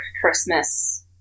Christmas